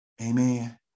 Amen